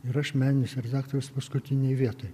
ir aš meninis redaktorius paskutinėj vietoj